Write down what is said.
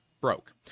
broke